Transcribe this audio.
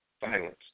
Violence